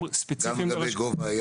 גם לגבי גובה הים?